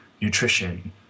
nutrition